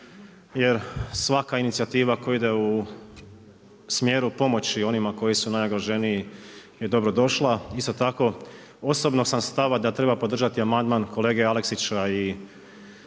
jer svaka inicijativa koja ide u smjeru pomoći onima koji su najugroženiji je dobro došla. Isto tako, osobno sam stava da treba podržati amandman kolege Aleksića i